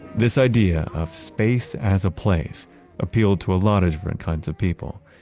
this idea of space as a place appealed to a lot of different kinds of people,